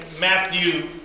Matthew